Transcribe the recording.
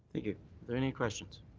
yeah there any questions?